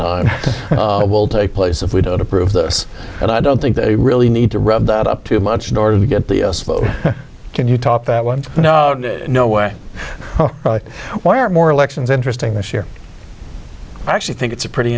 time it will take place if we don't approve this and i don't think they really need to rub that up too much in order to get the vote can you top that one no no way why are more elections interesting this year i actually think it's a pretty